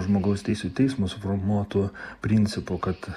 žmogaus teisių teismo suformuotų principų kad